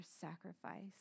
sacrifice